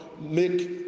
make